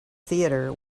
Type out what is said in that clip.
theater